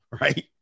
right